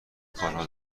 کارها